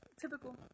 Typical